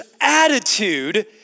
attitude